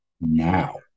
now